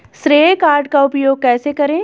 श्रेय कार्ड का उपयोग कैसे करें?